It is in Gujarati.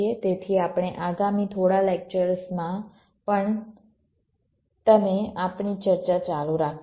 તેથી આપણે આગામી થોડા લેક્ચર્સમાં પણ તમે આપણી ચર્ચા ચાલુ રાખીશું